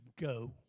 go